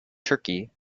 turkey